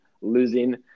losing